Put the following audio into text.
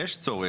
יש צורך.